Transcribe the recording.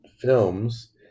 films